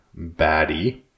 baddie